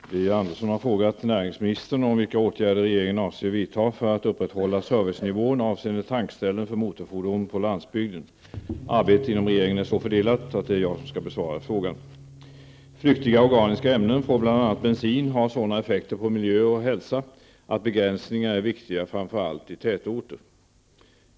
Herr talman! Birger Andersson har frågat näringsministern om vilka åtgärder regeringen avser vidta för att upprätthålla servicenivån avseende tankställen för motorfordon på landsbygden. Arbetet inom regeringen är så fördelat att det är jag som skall besvara frågan. Flyktiga organiska ämnen från bl.a. bensin har sådana effekter på miljö och hälsa att begränsningar är viktiga framför allt i tätorter.